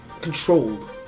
Controlled